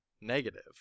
negative